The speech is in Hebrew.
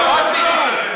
חבר הכנסת ג'בארין.